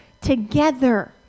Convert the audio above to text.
together